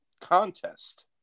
contest